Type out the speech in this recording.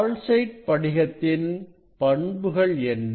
calcite படிகத்தின் பண்புகள் என்ன